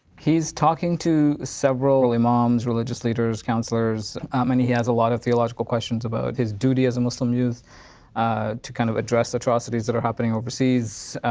he's talking to several imams, religious leaders, counselors and he has a lot of theological questions about his duty as a muslim youth to kind of address atrocities that are happening overseas.